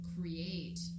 create